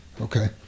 Okay